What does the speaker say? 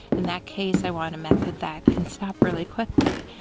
in that case, i want a method that can stop really quickly.